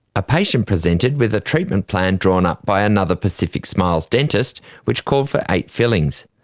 a patient presented with a treatment plan drawn up by another pacific smiles dentist which called for eight fillings.